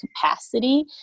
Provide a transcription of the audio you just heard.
capacity